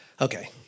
Okay